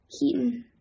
Keaton